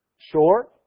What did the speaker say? short